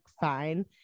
fine